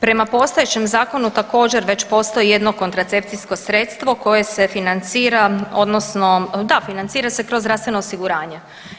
Prema postojećem zakonu također već postoji jedno kontracepcijsko sredstvo koje se financira odnosno, da financira se kroz zdravstveno osiguranje.